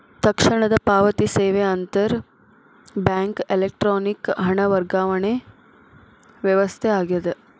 ತಕ್ಷಣದ ಪಾವತಿ ಸೇವೆ ಅಂತರ್ ಬ್ಯಾಂಕ್ ಎಲೆಕ್ಟ್ರಾನಿಕ್ ಹಣ ವರ್ಗಾವಣೆ ವ್ಯವಸ್ಥೆ ಆಗ್ಯದ